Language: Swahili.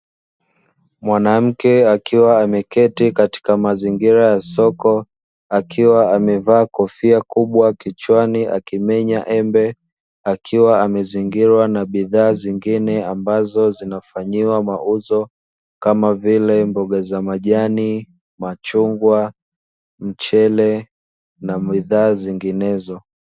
Mwanamke akiwa ameketi katika mazingira ya soko akiwa amevaa kofia kubwa kichwani akimenya embe, akiwa amezingirwa na bidhaa zingine ambazo zinafanyiwa mauzo kama vile: mboga za majani, machungwa, mchele na bidhaa zinginezo.